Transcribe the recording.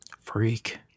Freak